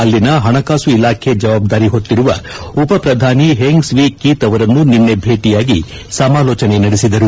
ಅಲ್ಲಿನ ಹಣಕಾಸು ಇಲಾಖೆ ಜವಾಬ್ದಾರಿ ಹೊತ್ತಿರುವ ಉಪಪ್ರಧಾನಿ ಹೆಂಗ್ ಸ್ವೀ ಕೀತ್ ಅವರನ್ನು ನಿನ್ನೆ ಭೇಟಿಯಾಗಿ ಸಮಾಲೋಚನೆ ನಡೆಸಿದರು